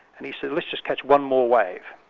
and he said, let's just catch one more wave.